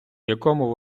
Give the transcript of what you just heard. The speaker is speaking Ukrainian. якому